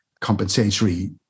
compensatory